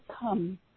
come